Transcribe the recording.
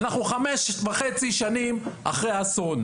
אנחנו חמש וחצי שנים אחרי האסון,